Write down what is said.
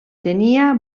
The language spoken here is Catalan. tenia